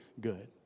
good